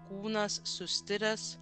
kūnas sustiręs